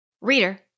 Reader